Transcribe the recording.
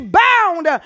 bound